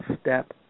step